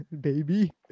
baby